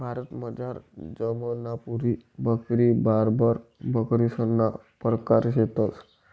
भारतमझार जमनापुरी बकरी, बार्बर बकरीसना परकार शेतंस